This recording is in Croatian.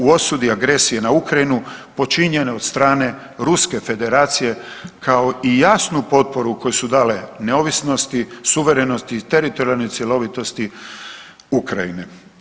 U osudi agresije na Ukrajinu, počinjene od strane Ruske Federacije kao i jasnu potporu koju su dale neovisnosti, suverenosti i teritorijalne cjelovitosti Ukrajine.